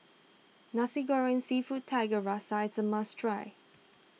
Nasi Goreng Seafood Tiga Rasa is a must try